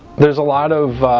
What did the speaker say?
there's a lot of